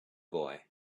boy